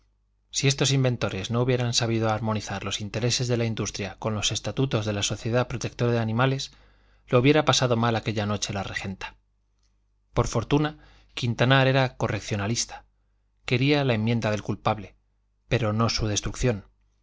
si estos inventores no hubieran sabido armonizar los intereses de la industria con los estatutos de la sociedad protectora de animales lo hubiera pasado mal aquella noche la regenta por fortuna quintanar era correccionalista quería la enmienda del culpable pero no su destrucción